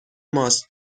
ماست